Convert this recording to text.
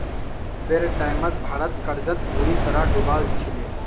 नब्बेर टाइमत भारत कर्जत बुरी तरह डूबाल छिले